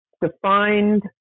defined